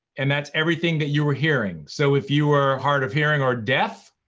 and that's everything that you were hearing. so if you were hard of hearing or deaf,